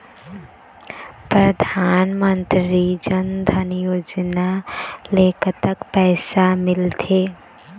परधानमंतरी जन धन योजना ले कतक पैसा मिल थे?